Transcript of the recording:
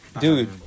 Dude